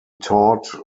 taught